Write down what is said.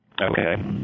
Okay